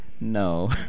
No